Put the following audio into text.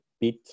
bit